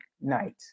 night